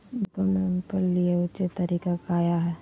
भूमि को मैपल के लिए ऊंचे तरीका काया है?